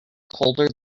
colder